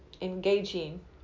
engaging